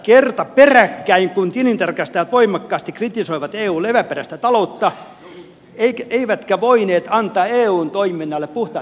kerta peräkkäin kun tilintarkastajat voimakkaasti kritisoivat eun leväperäistä taloutta eivätkä voineet antaa eun toiminnalle puhtaita papereita